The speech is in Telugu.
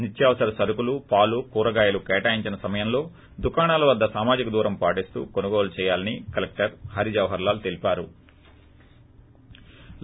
నిత్యావసర సరకులు పాలు కూరగాయల కేటాయించిన సమయంలో దుకాణాల వద్ద సామాజిక దూరం పాటిస్తూ కోనుగోలు చేయాలని కలెక్టర్ హరి జవహర్లాల్ తెలిపారు